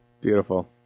Beautiful